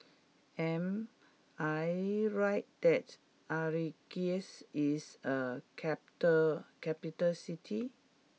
am I right that Algiers is a capital capital city